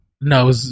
No